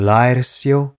Laercio